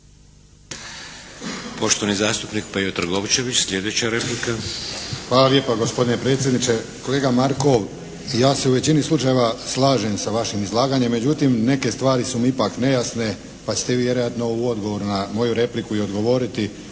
Poštovani zastupnik Pejo Trgovčević, sljedeća replika. **Trgovčević, Pejo (HSP)** Hvala lijepa gospodine predsjedniče. Kolega Markov, ja se u većini slučajeva slažem sa vašim izlaganjem. Međutim, neke stvari su mi ipak nejasne pa ćete vi vjerojatno u odgovoru na moju repliku i odgovoriti,